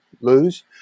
lose